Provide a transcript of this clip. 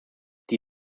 die